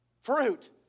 Fruit